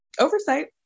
oversight